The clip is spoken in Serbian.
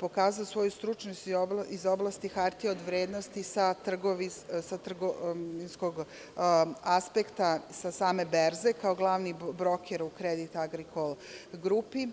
pokazao svoju stručnost iz oblasti hartija od vrednosti sa trgovinskog aspekta, sa same berze, kao glavni broker u Credit Agricole grupi.